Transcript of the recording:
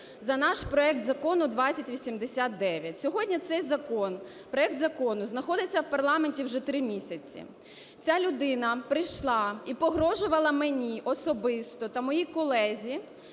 за наш проект Закону 2089. Сьогодні цей закон, проект закону, знаходиться в парламенті вже три місяці. Ця людина прийшла і погрожувала мені особисто та моїй колезі